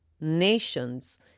nations